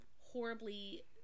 Horribly